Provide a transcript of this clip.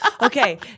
Okay